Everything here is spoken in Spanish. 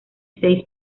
seis